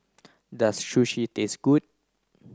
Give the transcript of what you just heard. does Sushi taste good